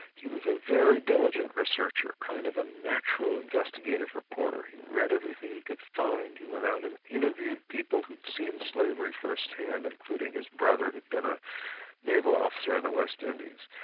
he was a very diligent researcher, kind of a natural investigative reporter he read everything he could find, he went out and interviewed people who'd seen slavery first-hand including his brother who'd been a naval officer in the west indies.